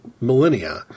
millennia